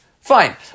fine